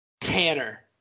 Tanner